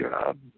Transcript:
job